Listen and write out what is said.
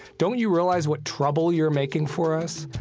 don't you realize what trouble you're making for us?